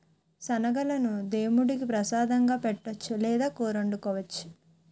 శనగలను దేముడికి ప్రసాదంగా పెట్టొచ్చు లేదా కూరొండుకోవచ్చు